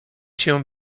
się